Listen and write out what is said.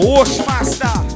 Washmaster